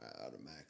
automatically